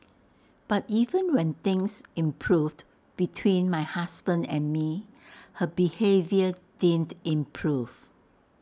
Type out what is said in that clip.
but even when things improved between my husband and me her behaviour didn't improve